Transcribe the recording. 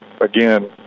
again